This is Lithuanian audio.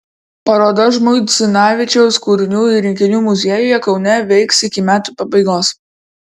paroda žmuidzinavičiaus kūrinių ir rinkinių muziejuje kaune veiks iki metų pabaigos